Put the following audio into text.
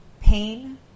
pain